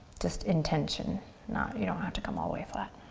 just intention not you have to come all the way flat.